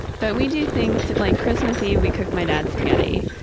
but we do things like christmas eve we cook my dad's spaghetti.